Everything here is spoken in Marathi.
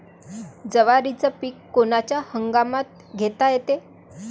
जवारीचं पीक कोनच्या हंगामात घेता येते?